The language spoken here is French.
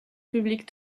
publics